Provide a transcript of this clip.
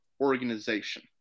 organization